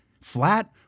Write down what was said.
flat